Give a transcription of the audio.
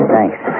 Thanks